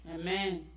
Amen